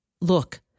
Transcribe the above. Look